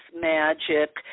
magic